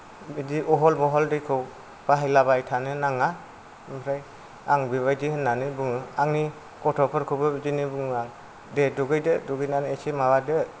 बिदि अहल बहल दैखौ बाहायलाबाय थानो नाङा ओमफ्राय आं बेबायदि होन्नानै बुङो आंनि गथफोरखौबो बिदिनो बुंना दे दुगैदो दुगैनानै इसे माबादो